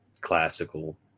classical